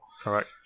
Correct